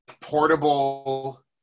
portable